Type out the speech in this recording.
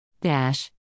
Dash